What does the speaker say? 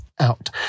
out